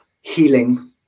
healing